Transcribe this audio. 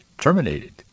terminated